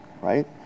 right